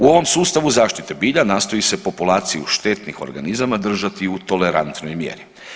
U ovom sustavu zaštite bilja nastoji se populaciju štetnih organizama držati u tolerantnoj mjeri.